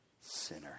sinner